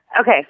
Okay